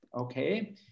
Okay